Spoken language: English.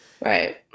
right